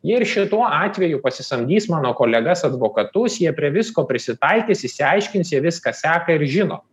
jie ir šituo atveju pasisamdys mano kolegas advokatus jie prie visko prisitaikys išsiaiškins jie viską seka ir žino